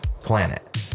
planet